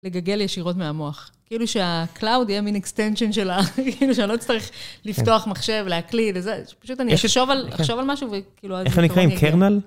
לגגל ישירות מהמוח. כאילו שהקלאוד יהיה מין אקסטנשן של ה.. כאילו שאני לא אצטרך לפתוח מחשב, להקליד, פשוט אני אחשוב על, אחשוב על משהו וכאילו... -איך הם נקראים? קרנל?